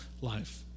life